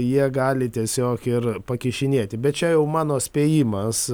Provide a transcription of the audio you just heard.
jie gali tiesiog ir pakišinėti bet čia jau mano spėjimas